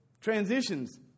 transitions